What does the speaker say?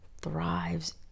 thrives